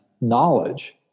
knowledge